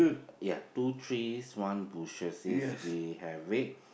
ya two trees one bushes yes we have it